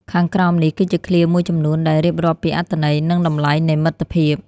ខាងក្រោមនេះគឺជាឃ្លាមួយចំនួន ដែលរៀបរាប់ពីអត្ថន័យ និងតម្លៃនៃមិត្តភាព។